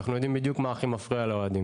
אנחנו יודעים בדיוק מה הכי מפריע לאוהדים,